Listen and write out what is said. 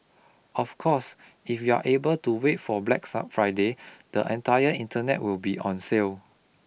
of course if you are able to wait for Black Friday the entire internet will be on sale